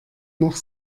noch